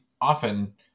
often